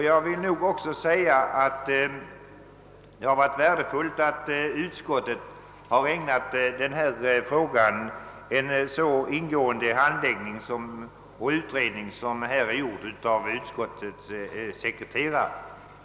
Jag vill också säga att det har varit värdefullt att utskottet har ägnat frågan en så ingående behandling bl.a. genom att låta utskottets sekreterare göra en utredning.